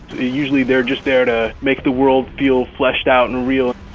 usually they're just there to make the world feel fleshed out and real.